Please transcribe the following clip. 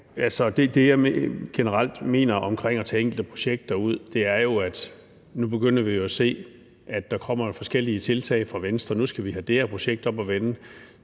Det, jeg generelt mener om det at tage enkelte projekter ud, er jo, at vi nu begynder at se, at der kommer forskellige tiltag fra Venstre. Nu skal vi have det her projekt op at vende.